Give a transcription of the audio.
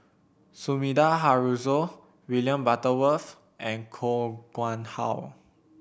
Sumida Haruzo William Butterworth and Koh Nguang How